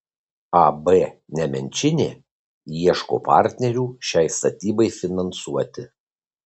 ab nemenčinė ieško partnerių šiai statybai finansuoti